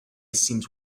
seems